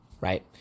right